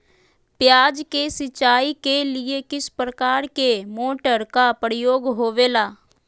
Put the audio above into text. प्याज के सिंचाई के लिए किस प्रकार के मोटर का प्रयोग होवेला?